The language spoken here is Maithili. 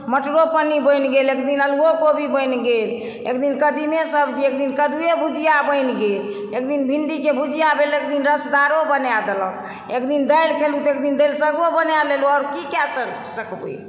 मटरो पनीर बनि गेल एक दिन आलूओ कोबी बनि गेल एक दिन कदिमे सब्जी एक दिन कद्दूए भुजिया बनि गेल एक दिन भिंडी के भुजिया भेल एक दिन रसदारो बना देलक एक दिन दालि खेलहुॅं तऽ एक दिन दालि सग्गो बना लेलहुॅं आओर की कए सकबै